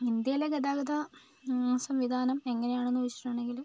ഇന്ത്യയിലെ ഗതാഗത സംവിധാനം എങ്ങനെയാണെന്ന് ചോദിച്ചിട്ടുണ്ടെങ്കില്